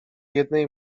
jednej